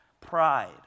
Pride